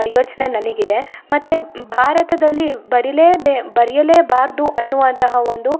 ಯೋಚನೆ ನನಗಿದೆ ಮತ್ತು ಭಾರತದಲ್ಲಿ ಬರೀಲೆ ಬೇ ಬರೆಯಲೇಬಾರ್ದು ಅನ್ನುವಂತಹ ಒಂದು